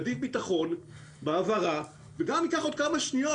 יהיה לו ביטחון בהעברה גם אם זה ייקח עוד כמה שניות.